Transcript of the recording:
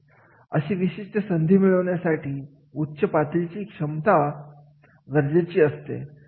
अशी विशिष्ट संधी मिळवण्यासाठी उच्च पातळीची सक्षमता गरजेचे आहे